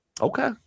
Okay